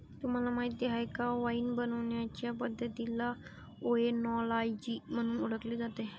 तुम्हाला माहीत आहे का वाइन बनवण्याचे पद्धतीला ओएनोलॉजी म्हणून ओळखले जाते